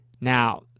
Now